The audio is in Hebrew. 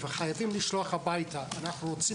הביתה וחייבים לשלוח הביתה - אנו רוצים